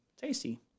tasty